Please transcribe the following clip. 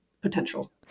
potential